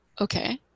Okay